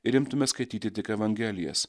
ir imtume skaityti tik evangelijas